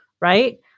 right